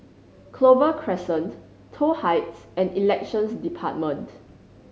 Clover Crescent Toh Heights and Elections Department